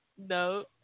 No